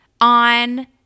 on